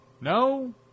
No